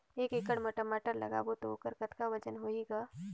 एक एकड़ म टमाटर लगाबो तो ओकर कतका वजन होही ग?